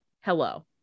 hello